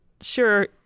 sure